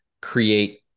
create